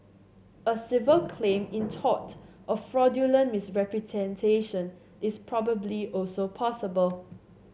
a civil claim in tort of fraudulent misrepresentation is probably also possible